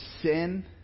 sin